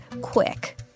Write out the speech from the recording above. quick